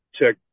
check